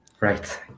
Right